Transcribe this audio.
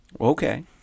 Okay